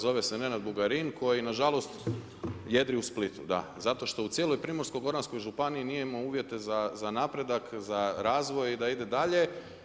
Zove se Nenad Bugarin koji na žalost jedri u Splitu da, zato što u cijeloj Primorsko-goranskoj županiji nije imao uvjete za napredak, za razvoj da ide dalje.